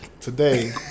Today